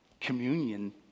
Communion